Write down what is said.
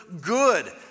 good